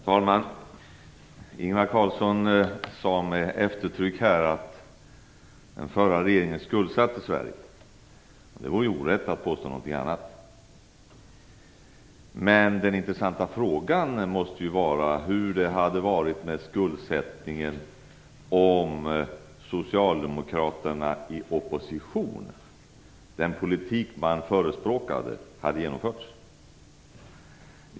Herr talman! Ingvar Carlsson sade med eftertryck att den förra regeringen skuldsatte Sverige. Det vore orätt att påstå något annat. Men den intressanta frågan måste vara hur det hade varit med skuldsättningen om Socialdemokraternas politik i opposition hade genomförts.